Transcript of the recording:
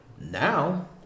Now